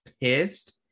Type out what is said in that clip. pissed